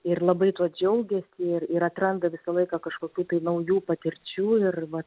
ir labai tuo džiaugiasi ir ir atranda visą laiką kažkokių tai naujų patirčių ir va